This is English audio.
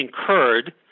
incurred